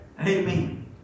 Amen